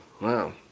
wow